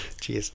Cheers